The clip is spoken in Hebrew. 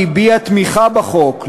והביעה תמיכה בחוק,